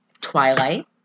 Twilight